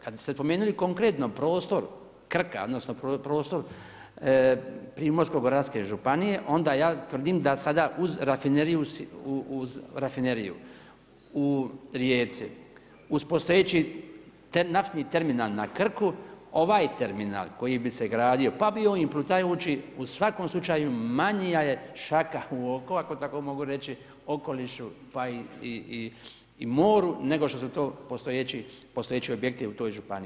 Kad ste spomenuli konkretno prostor Krka, odnosno prostor Primorsko-goranske županije, onda ja tvrdim da sada uz rafineriju u Rijeci uz postojeći naftni terminal na Krku, ovaj terminal koji bi se gradio pa bio on i plutajući, u svakom slučaju manja je šaka u oko ako tako mogu reći, okolišu pa i moru nego što su to postojeći objekti u toj županiji.